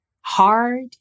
hard